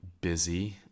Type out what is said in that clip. busy